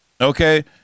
okay